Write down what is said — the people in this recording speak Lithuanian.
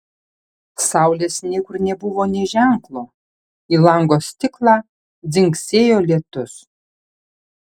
saulės niekur nebuvo nė ženklo į lango stiklą dzingsėjo lietus